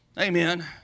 Amen